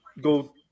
go